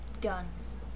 guns